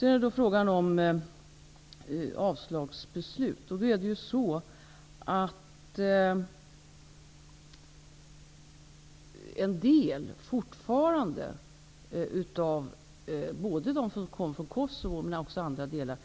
När det gäller frågan om avslagsbeslut fattar man över huvud taget inte beslut om en del av dem som kommer från Kosovo eller från andra delar.